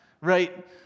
right